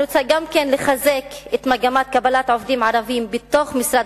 אני רוצה לחזק את מגמת קבלת העובדים הערבים במשרד